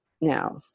now